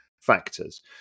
factors